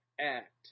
act